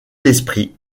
l’esprit